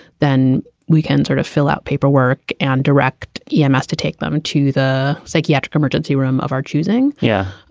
then weekends are to fill out paperwork and direct e m s. to take them to the psychiatric emergency room of our choosing. yeah.